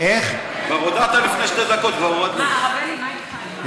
כבר הודעת לפני שתי דקות, כבר הורדנו את זה.